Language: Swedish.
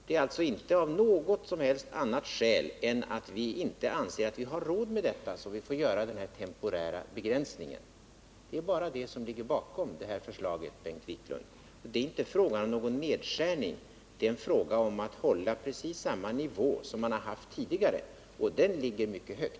Det är alltså inte av något annat skäl än att vi anser att vi inte har råd med detta som vi gör denna temporära begränsning. Bara det skälet ligger bakom detta förslag, Bengt Wiklund. Det är inte fråga om någon nedskärning, utan det är fråga om att hålla precis samma nivå som tidigare, och den ligger mycket högt.